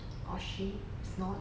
or she is not